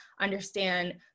understand